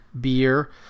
Beer